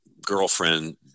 girlfriend